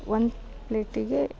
ಒಂದು ಪ್ಲೇಟಿಗೆ